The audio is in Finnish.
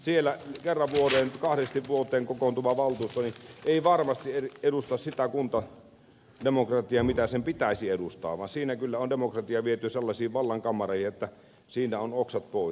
siellä kerran kahdesti vuodessa kokoontuva valtuusto ei varmasti edusta sitä kuntademokratiaa mitä sen pitäisi edustaa vaan siinä kyllä on demokratia viety sellaisiin vallan kammareihin että siinä on oksat pois